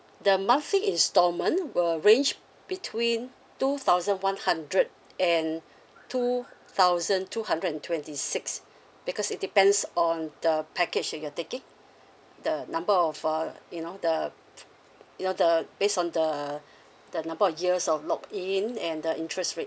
the monthly instalment will ranged between two thousand one hundred and two thousand two hundred and twenty six because it depends on the package that you're taking the number of uh you know the you know the based on the the number of years of lock in and the interest rate